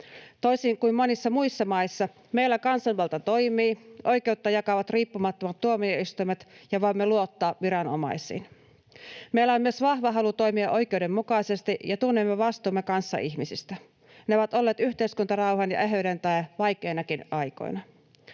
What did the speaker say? Toisin kuin monissa muissa maissa, meillä kansanvalta toimii, oikeutta jakavat riippumattomat tuomioistuimet ja voimme luottaa viranomaisiin. Meillä on myös vahva halu toimia oikeudenmukaisesti, ja tunnemme vastuumme kanssaihmisistä. Ne ovat olleet yhteiskuntarauhan ja eheyden tae vaikeinakin aikoina.